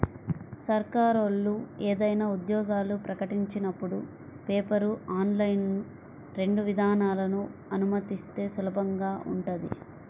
సర్కారోళ్ళు ఏదైనా ఉద్యోగాలు ప్రకటించినపుడు పేపర్, ఆన్లైన్ రెండు విధానాలనూ అనుమతిస్తే సులభంగా ఉంటది